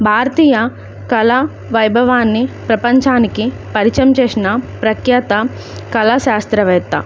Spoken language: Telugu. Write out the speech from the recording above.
భారతీయ కళా వైభవాన్ని ప్రపంచానికి పరిచయం చేసిన ప్రఖ్యాత కళా శాస్త్రవేత్త